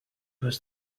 was